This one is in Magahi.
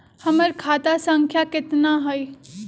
हमर खाता संख्या केतना हई?